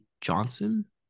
Johnson